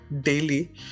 Daily